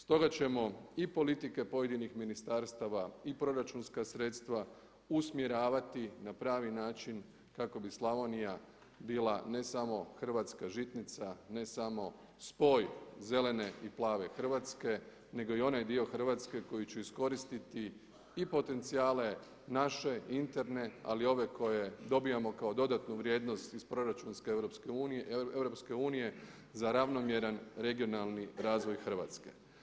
Stoga ćemo i politike pojedinih ministarstava i proračunska sredstva usmjeravati na pravi način kako bi Slavonija bila ne samo hrvatska žitnica, ne samo spoj zelene i plave Hrvatske nego i onaj dio Hrvatske koji će iskoristiti i potencijale naše interne ali i ove koje dobivamo kao dodatnu vrijednost iz proračunske EU za ravnomjeran regionalni razvoj Hrvatske.